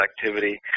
activity